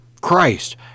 Christ